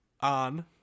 on